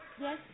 Yes